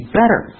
better